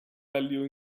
value